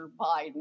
Biden